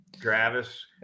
Travis